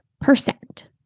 percent